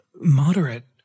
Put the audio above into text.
moderate